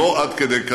הכול אותו דבר.